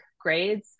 grades